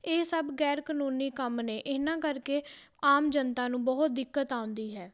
ਇਹ ਸਭ ਗੈਰ ਕਾਨੂੰਨੀ ਕੰਮ ਨੇ ਇਹਨਾਂ ਕਰਕੇ ਆਮ ਜਨਤਾ ਨੂੰ ਬਹੁਤ ਦਿੱਕਤ ਆਉਂਦੀ ਹੈ